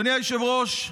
אדוני היושב-ראש,